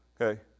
Okay